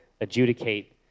adjudicate